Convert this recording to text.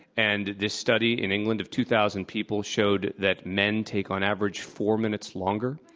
and this study, in england, of two thousand people showed that men take, on average, four minutes longer.